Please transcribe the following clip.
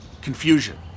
confusion